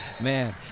Man